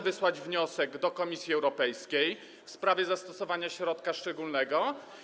wysłać wniosek do Komisji Europejskiej w sprawie zastosowania środka szczególnego.